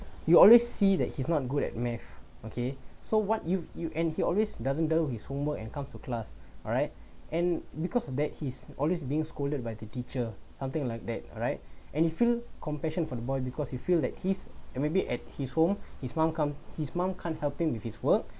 you always see that he's not good at maths okay so what you you and he always doesn't do his homework and come to class alright and because of that he's always being scolded by the teacher something like that alright and you feel compassion for the boy because you feel that his and maybe at his home his mom can't his mom can't helping with his work